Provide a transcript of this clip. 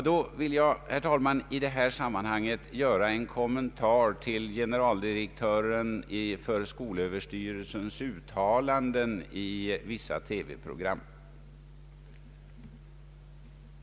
I det sammanhanget vill jag, herr talman, göra en kommentar till generaldirektörens för skolöverstyrelsen uttalanden i vissa TV-program.